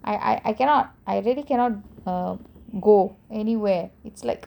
I I I cannot I really cannot uh go anywhere it's like